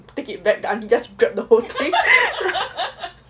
to take it back but the auntie just grabbed the whole thing